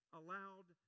allowed